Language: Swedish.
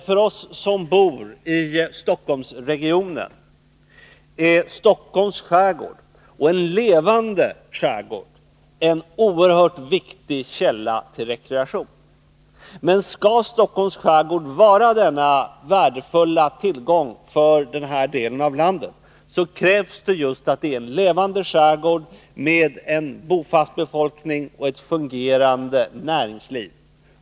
För oss som bor i Stockholmsregionen är Stockholms skärgård en oerhört viktig källa till rekreation. Men skall Stockholms skärgård vara denna värdefulla tillgång för den här delen av landet, så krävs det just att det är en levande skärgård med en bofast befolkning och ett fungerande näringsliv.